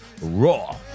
Raw